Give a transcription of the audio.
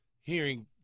hearing